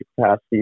capacity